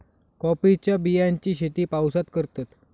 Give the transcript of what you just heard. कॉफीच्या बियांची शेती पावसात करतत